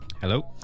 hello